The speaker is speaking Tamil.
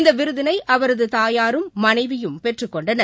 இந்த விருதினை அவரது தாயாரும் மனைவியும் பெற்றுக்கொண்டனர்